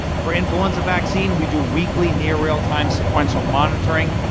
for influenza vaccine we do weekly near real time sequential monitoring.